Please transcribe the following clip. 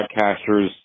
broadcasters